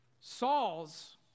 Saul's